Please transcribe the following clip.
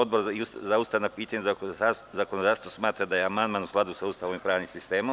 Odbor za ustavna pitanja i zakonodavstvo smatra da je amandman u skladu sa Ustavom i pravnim sistemom.